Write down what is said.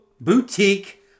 Boutique